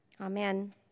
Amen